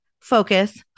focus